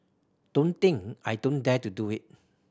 don't think I don't dare to do it